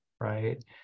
right